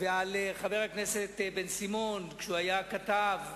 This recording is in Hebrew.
ועל חבר הכנסת בן-סימון כשהוא היה כתב.